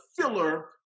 filler